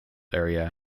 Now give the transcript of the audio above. area